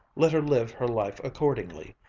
let her live her life accordingly.